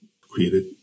created